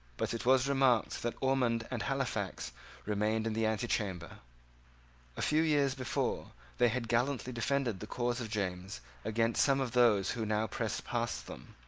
but it was remarked that ormond and halifax remained in the antechamber. a few years before they had gallantly defended the cause of james against some of those who now pressed past them.